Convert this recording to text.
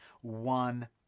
one